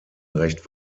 recht